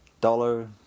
dollar